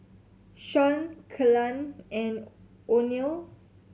Shawn Kelan and Oneal